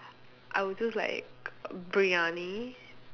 I would choose like briyani